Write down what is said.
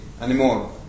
anymore